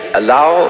allow